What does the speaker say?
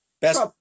best